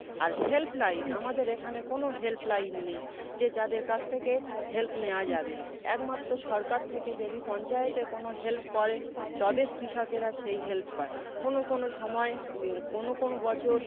আর help line আমাদের এখানে কোনো হেল্প লাইন নেই যে যাদের কাছ থেকে হেল্প নেওয়া যাবে একমাত্র সরকার থেকে যদি পঞ্চায়েতে কোনো হেল্প করে তবে কৃষকেরা সেই হেল্প পায় কোনো কোনো সময়ে কোনো কোনো বছর